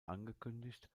angekündigt